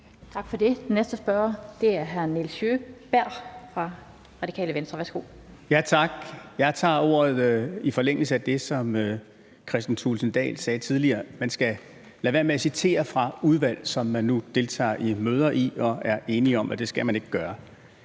Tak for det. Den næste spørger er hr. Nils Sjøberg fra Radikale Venstre. Værsgo. Kl. 13:22 Nils Sjøberg (RV): Tak. Jeg tager ordet i forlængelse af det, som Kristian Thulesen Dahl sagde tidligere om, at man skal lade være med at citere fra udvalg, som man nu deltager i møder i, og hvor man er enige om, at det skal man ikke gøre.